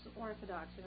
Orthodox